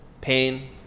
pain